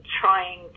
trying